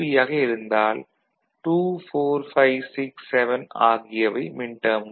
யாக இருந்தால் 24567 ஆகியவை மின்டேர்ம்கள்